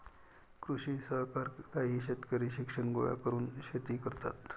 कृषी सहकार काही शेतकरी शिक्षण गोळा करून शेती करतात